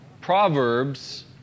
Proverbs